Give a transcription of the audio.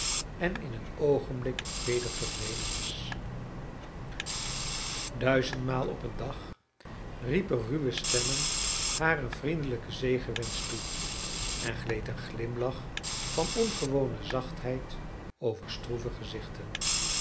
en in een oogenblik weder verdwenen was duizendmaal op een dag riepen ruwe stemmen haar een vriendelijken zegenwensch toe en gleed een glimlach van ongewone zachtheid over stroeve gezichten